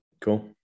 Cool